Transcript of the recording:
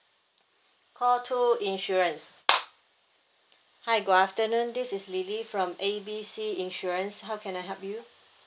call two insurance hi good afternoon this is lily from A B C insurance how can I help you